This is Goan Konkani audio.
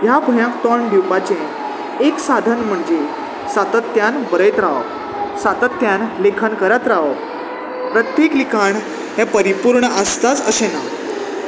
ह्या भंयाक तोंड दिवपाचें एक साधन म्हणजे सातत्यान बरयत रावप सातत्यान लेखन करत रावप प्रत्येक लिखाण हें परिपूर्ण आसताच अशें ना